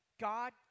God